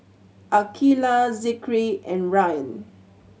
Aqilah Zikri and Ryan